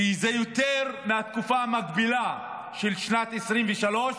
זה יותר מהתקופה המקבילה של שנת 2023,